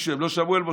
הם לא שמעו אל משה.